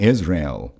Israel